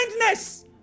kindness